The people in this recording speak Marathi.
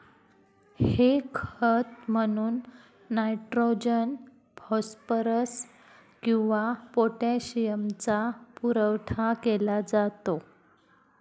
हे खत म्हणून नायट्रोजन, फॉस्फरस किंवा पोटॅशियमचा पुरवठा केला जातो